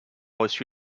reçu